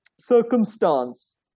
circumstance